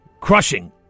Crushing